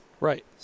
Right